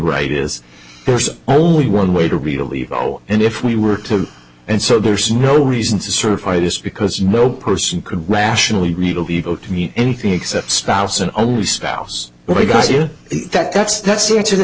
right is there's only one way to relieve zero and if we were to and so there's no reason to certify this because no person could rationally riedel be able to meet anything except spouse and only styles but i got you that that's that's the answer the